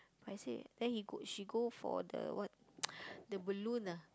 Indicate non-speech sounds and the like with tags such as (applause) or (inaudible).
but I say then he go she go for the the what (noise) the balloon ah